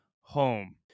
Home